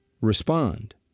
respond